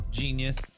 genius